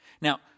Now